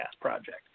project